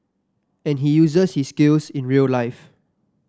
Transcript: and he uses his skills in real life